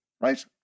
Right